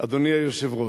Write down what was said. אדוני היושב-ראש,